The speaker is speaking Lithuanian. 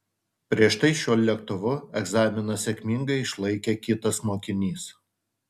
prieš tai šiuo lėktuvu egzaminą sėkmingai išlaikė kitas mokinys